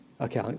Okay